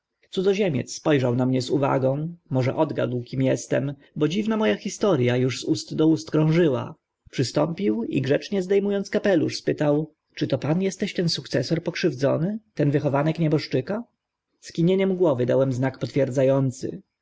cudzoziemiec spo rzał na mnie z uwagą może odgadł kim estem bo dziwna mo a historia uż z ust do ust krążyła przystąpił i grzecznie zde mu ąc kapelusz spytał czy to pan esteś ten sukcesor pokrzywdzony ten wychowanek nieboszczyka skinieniem głowy dałem znak potwierdza